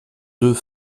deux